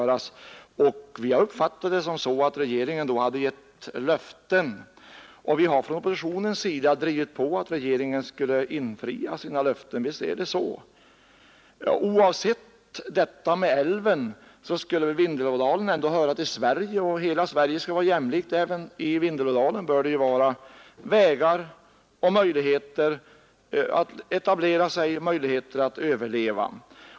Vi har uppfattat det så att regeringen då utställde löften. Från oppositionens sida har vi drivit på regeringen för att den skulle infria sina löften. Så ser vi detta. Men oavsett om älven byggdes ut eller inte hör väl Vindelådalen ändå till Sverige, och i hela Sverige skall det råda jämlikhet. Även i Vindelådalen bör det finnas vägar, möjligheter att etablera sig och att överleva.